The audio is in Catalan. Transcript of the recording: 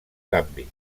canvi